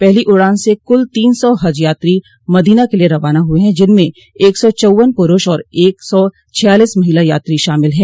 पहली उड़ान से कुल तीन सौ हज यात्री मदीना के लिए रवाना हुए है जिनमें एक सौ चौव्वन पुरूष और एक सौ छियालीस महिला यात्री शामिल है